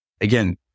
again